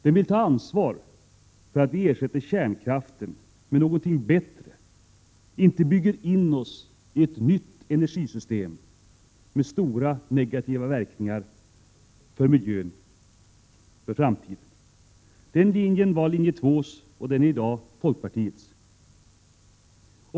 Den vill ta ansvar för att vi ersätter kärnkraften med någonting bättre, inte bygger in oss i ett nytt energisystem med långsiktiga negativa verkningar för miljön. Den linjen var Linje 2:s, och den är i dag folkpartiets.